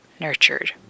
nurtured